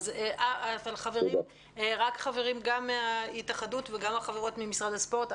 החברים מההתאחדות והחברות ממשרד הספורט,